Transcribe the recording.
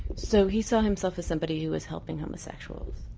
so he saw himself as somebody who was helping homosexuals?